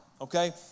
okay